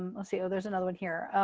um i'll see. oh, there's another one here.